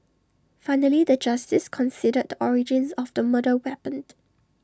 finally the justice considered the origins of the murder weapon